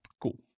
Cool